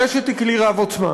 הרשת היא כלי רב-עוצמה.